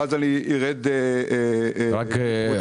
ואז ארד --- ראול,